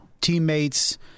teammates